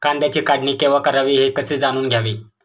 कांद्याची काढणी केव्हा करावी हे कसे जाणून घ्यावे?